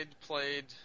played